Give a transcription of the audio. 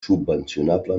subvencionable